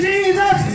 Jesus